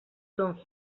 ton